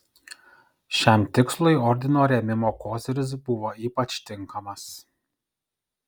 šiam tikslui ordino rėmimo koziris buvo ypač tinkamas